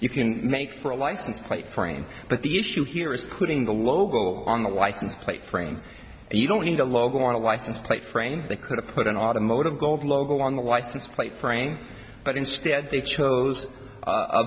you can make for a license plate frame but the issue here is putting the logo on the license plate frame and you don't need a logo on a license plate frame they could've put an automotive gold logo on the license plate frame but instead they chose a